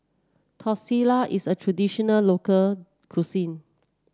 tortillas is a traditional local cuisine